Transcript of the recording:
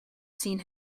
seen